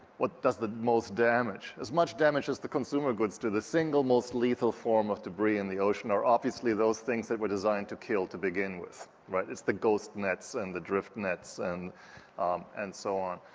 what does the most damage, as much damage as the consumer goods do, the single most lethal form of debris in the ocean are obviously those things that were designed to kill to begin with. right? it's the ghost nets and the drift nets and and so on.